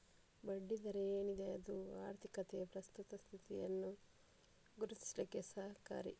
ಬಡ್ಡಿ ದರ ಏನಿದೆ ಅದು ಆರ್ಥಿಕತೆಯ ಪ್ರಸ್ತುತ ಸ್ಥಿತಿಯನ್ನ ಗುರುತಿಸ್ಲಿಕ್ಕೆ ಸಹಕಾರಿ